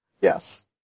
Yes